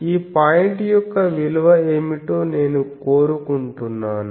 ఈ పాయింట్ యొక్క విలువ ఏమిటో నేను కోరుకుంటున్నాను